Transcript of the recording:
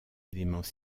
éléments